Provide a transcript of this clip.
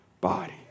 body